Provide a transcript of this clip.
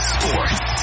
Sports